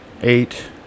eight